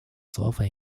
слово